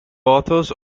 authors